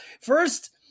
first